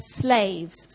slaves